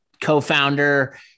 co-founder